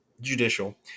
judicial